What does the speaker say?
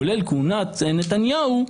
כולל כהונת נתניהו,